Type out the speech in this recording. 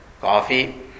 coffee